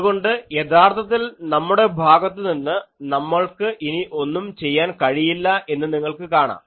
അതുകൊണ്ട് യഥാർത്ഥത്തിൽ നമ്മുടെ ഭാഗത്തുനിന്ന് നമ്മൾക്ക് ഇനി ഒന്നും ചെയ്യാൻ കഴിയില്ല എന്ന് നിങ്ങൾക്ക് കാണാം